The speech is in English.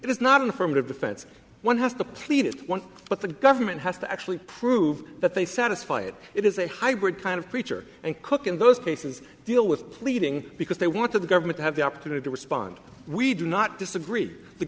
is not an affirmative defense one has to plead one but the government has to actually prove that they satisfy it it is a hybrid kind of creature and cook in those cases deal with pleading because they want to the government have the opportunity to respond we do not disagree the